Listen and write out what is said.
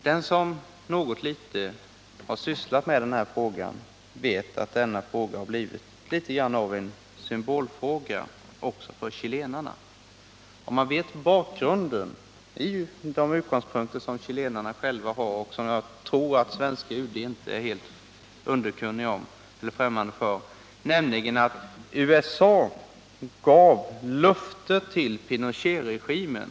Den som något har sysslat med den här frågan vet att den blivit litet av en symbolfråga också för chilenarna. Man måste kanske känna till bakgrunden till de utgångspunkter som chilenarna själva har, och den tror jag inte att svenska UD är helt främmande för. Det var nämligen så att USA gav ett löfte till Pinochetregimen.